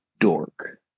dork